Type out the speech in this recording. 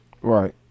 Right